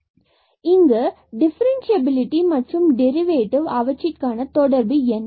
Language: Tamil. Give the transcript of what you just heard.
எனவே இங்கு டிஃபரண்சியபிலிடி மற்றும் டெரிவேட்டிவ் இவற்றிற்கான தொடர்பு என்ன